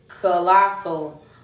colossal